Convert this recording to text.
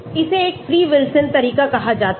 इसे एक free Wilson तरीका कहा जाता है